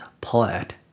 poet